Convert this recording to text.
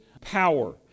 power